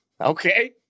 Okay